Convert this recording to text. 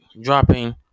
dropping